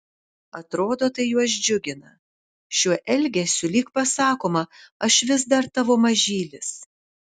atrodo tai juos džiugina šiuo elgesiu lyg pasakoma aš vis dar tavo mažylis